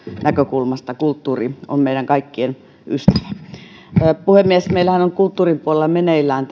näkökulmasta kulttuuri on meidän kaikkien ystävä puhemies meillähän on myös kulttuurin puolella meneillään